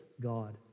God